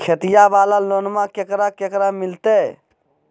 खेतिया वाला लोनमा केकरा केकरा मिलते?